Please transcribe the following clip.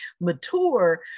mature